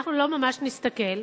אנחנו לא ממש נסתכל.